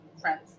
friends